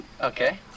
okay